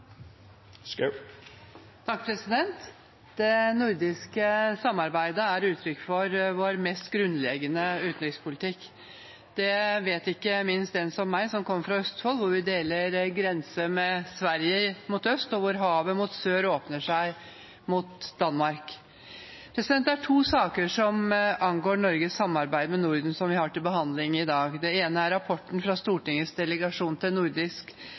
Det nordiske samarbeidet er uttrykk for vår mest grunnleggende utenrikspolitikk. Det vet ikke minst en som meg, som kommer fra Østfold, hvor vi deler grense med Sverige mot øst, og hvor havet mot sør åpner seg mot Danmark. Det er to saker som angår Norges samarbeid med Norden, som vi har til behandling i dag. Den ene er rapporten fra Stortingets delegasjon til Nordisk